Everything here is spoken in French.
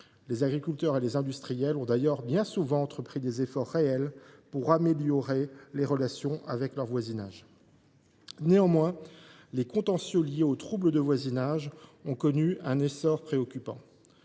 Les agriculteurs et les industriels ont d’ailleurs bien souvent entrepris des efforts réels pour améliorer leurs relations avec leurs voisins. Néanmoins, les contentieux liés aux troubles de voisinage ont connu un essor préoccupant.